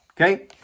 Okay